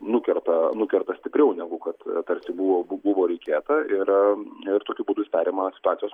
nukerta nukerta stipriau negu kad tarsi buvo buvo reikėta ir ir tokiu būdu jis perima situacijos